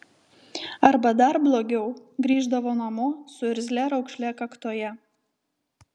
arba dar blogiau grįždavo namo su irzlia raukšle kaktoje